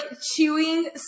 chewing